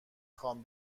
خوام